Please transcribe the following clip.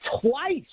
twice